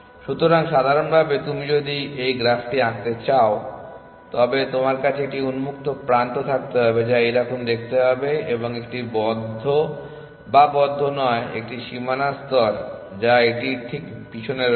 সুতরাং সাধারণভাবে তুমি যদি এই গ্রাফটি আঁকতে চাও তবে তোমার কাছে একটি উন্মুক্ত প্রান্ত থাকবে যা এইরকম দেখতে হবে এবং একটি বন্ধ না বন্ধ নয় একটি সীমানা স্তর যা এটির ঠিক পিছনে রয়েছে